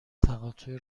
تقاطع